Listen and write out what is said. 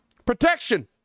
Protection